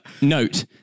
note